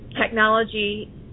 technology